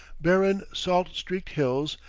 barren, salt-streaked hills,